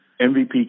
MVP